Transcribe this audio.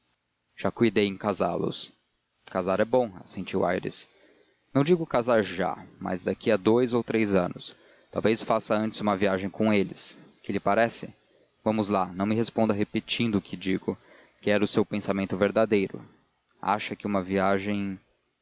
já cuidei em casá-los casar é bom assentiu aires não digo casar já mas daqui a dous ou três anos talvez faça antes uma viagem com eles que lhe parece vamos lá não me responda repetindo o que eu digo quero o seu pensamento verdadeiro acha que uma viagem